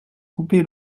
coupé